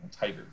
tiger